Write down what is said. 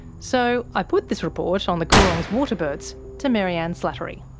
so i put this report on the coorong's waterbirds to maryanne slattery.